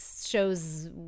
shows